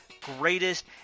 greatest